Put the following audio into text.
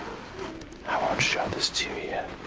i won't show this to you yet.